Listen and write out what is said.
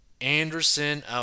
Anderson